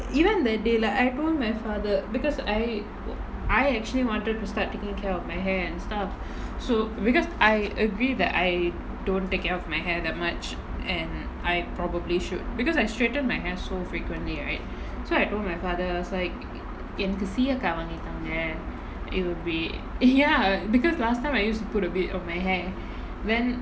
even that day like I told my father because I I actually wanted to start taking care of my hair and stuff so because I agree that I don't take care of my hair that much and I probably should because I straighten my hair so frequently right so I told my father I was like எனக்கு சீயக்காய் வாங்கி தாங்க:enakku seeyakkai vaangi thaanga it will be ya because last time I used to put a bit of my hair then